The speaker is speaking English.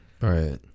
Right